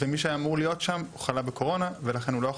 ומי שהיה אמור להיות שם הוא חלה בקורונה ולכן הוא לא יכול,